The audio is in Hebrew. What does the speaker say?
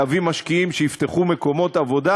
או להביא משקיעים שיפתחו מקומות עבודה,